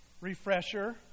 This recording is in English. refresher